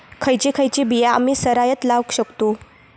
खयची खयची बिया आम्ही सरायत लावक शकतु?